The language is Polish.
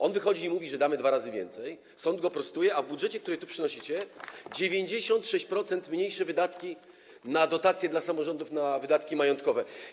On wychodzi i mówi, że damy dwa razy więcej, sąd go prostuje, a w budżecie, który tu przynosicie, są o 96% mniejsze wydatki na dotacje dla samorządów na wydatki majątkowe.